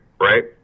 right